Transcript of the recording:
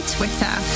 Twitter